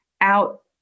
out